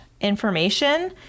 information